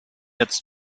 its